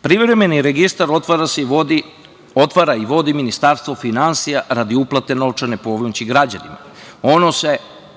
Privremeni registar otvara i vodi Ministarstvo finansija radi uplate novčane pomoći građanima. Ono se,